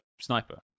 sniper